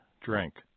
drink